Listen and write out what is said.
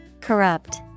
Corrupt